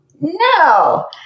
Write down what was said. no